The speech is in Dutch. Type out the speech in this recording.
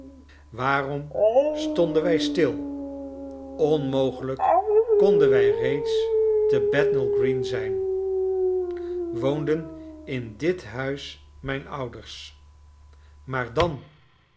waarom stonden wij stil onmogelijk konden wij reeds te bethnal green zijn woonden in dit huis mijn ouders maar dan